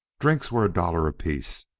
drinks were a dollar apiece,